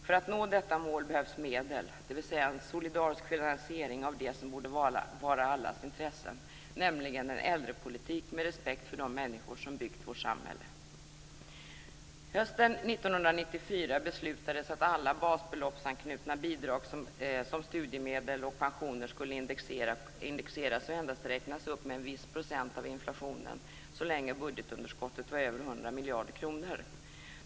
För att nå detta mål behövs medel, dvs. en solidarisk finansiering av det som borde vara allas intresse, nämligen en äldrepolitik med respekt för de människor som byggt upp vårt samhälle. Hösten 1994 beslutades att alla basbeloppsanknutna bidrag, som studiemedel och pensioner, skulle indexeras och endast räknas upp med en viss procent av inflationen så länge budgetunderskottet var över 100 miljarder kronor.